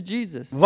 Jesus